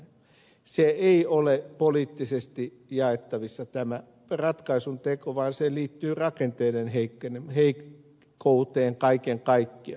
se ei ole poliittisesti jaettavissa tämä ratkaisun teko vaan se liittyy rakenteiden heikkouteen kaiken kaikkiaan